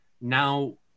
now